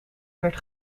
werd